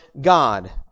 God